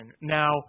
now